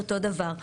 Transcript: אותו דבר.